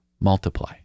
multiply